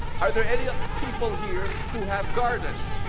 are there any ah people here who have gardens?